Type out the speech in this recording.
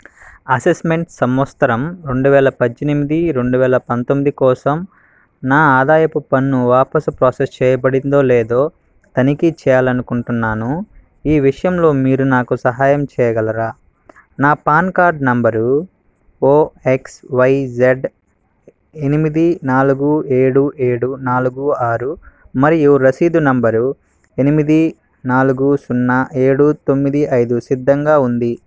assessment సంవత్సరం రెండు వేల పద్దెనిమిది రెండు వేల పంతొమ్మిది కోసం నా ఆదాయపు పన్ను వాపసు ప్రాసెస్ చేయబడిందో లేదో తనిఖీ చేయాలనుకుంటున్నాను ఈ విషయంలో మీరు నాకు సహాయం చేయగలరా నా పాన్ కార్డ్ నంబరు ఓఎక్స్వైజెడ్ ఎనిమిది నాలుగు ఏడు ఏడు నాలుగు ఆరు మరియు రసీదు నంబరు ఎనిమిది నాలుగు సున్నా ఏడు తొమ్మిది ఐదు సిద్ధంగా ఉంది